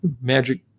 magic